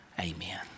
Amen